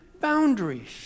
boundaries